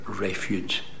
refuge